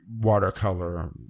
watercolor